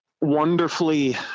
wonderfully